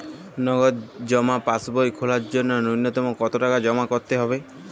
নগদ জমা পাসবই খোলার জন্য নূন্যতম কতো টাকা জমা করতে হবে?